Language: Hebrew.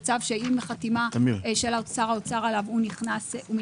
זה צו שעם החתימה של שר האוצר עליו הוא מתפרסם